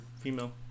female